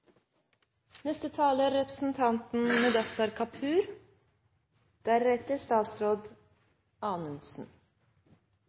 Neste taler er representanten Karin Andersen, deretter statsråd